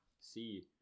see